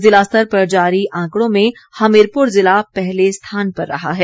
ज़िला स्तर पर जारी आंकड़ों में हमीरपुर ज़िला पहले स्थान पर रहा है